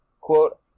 quote